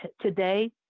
today